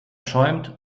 schäumt